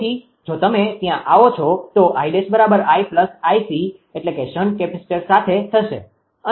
તેથી જો તમે ત્યાં આવો છો તો 𝐼′ 𝐼 𝐼𝑐 શન્ટ કેપેસિટર સાથે થશે